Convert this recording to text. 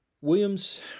Williams